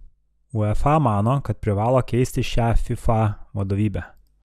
uefa mano kad privalo keisti šią fifa vadovybę